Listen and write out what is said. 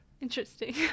Interesting